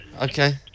Okay